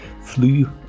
flew